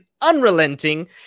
unrelenting